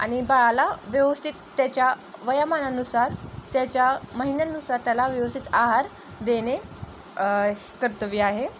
आणि बाळाला व्यवस्थित त्याच्या वयाेमानानुसार त्याच्या महिन्यांनुसार त्याला व्यवस्थित आहार देणे कर्तव्य आहे